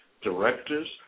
directors